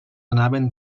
anaven